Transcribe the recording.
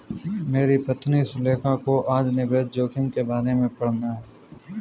मेरी पत्नी सुलेखा को आज निवेश जोखिम के बारे में पढ़ना है